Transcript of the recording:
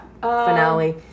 finale